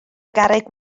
garreg